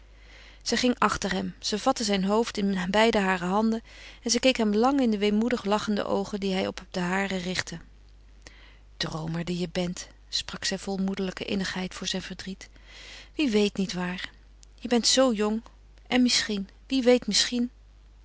zij ging achter hem ze vatte zijn hoofd in beide hare handen en ze keek hem lang in de weemoedig lachende oogen die hij op de hare richtte droomer die je bent sprak zij vol moederlijke innigheid voor zijn verdriet wie weet nietwaar je bent zoo jong en misschien wie weet misschien